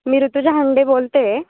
मी ऋतूजा हांडे बोलते आहे